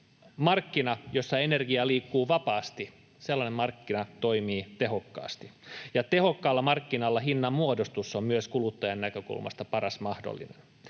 Markkina, jossa energia liikkuu vapaasti, toimii tehokkaasti, ja tehokkaalla markkinalla hinnanmuodostus on myös kuluttajan näkökulmasta paras mahdollinen.